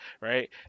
Right